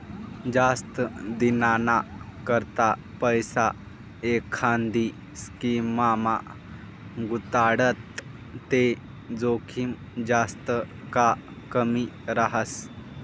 जास्त दिनना करता पैसा एखांदी स्कीममा गुताडात ते जोखीम जास्त का कमी रहास